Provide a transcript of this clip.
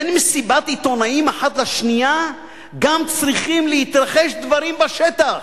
בין מסיבת עיתונאים אחת לשנייה גם צריכים להתרחש דברים בשטח,